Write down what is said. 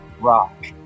rock